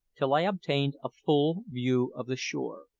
till i obtained a full view of the shore.